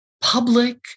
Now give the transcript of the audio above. public